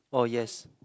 oh yes